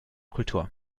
kultur